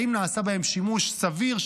האם נעשה בהם שימוש סביר,